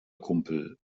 kumpel